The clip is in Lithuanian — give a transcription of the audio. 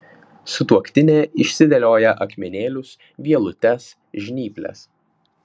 sutuoktinė išsidėlioja akmenėlius vielutes žnyples